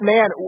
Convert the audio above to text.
Man